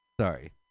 Sorry